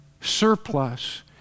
surplus